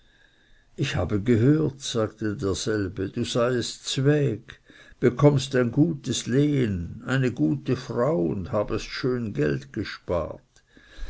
ich habe gehört sagte derselbe du seiest zweg bekommest ein gutes lehen eine gute frau und habest schön geld erspart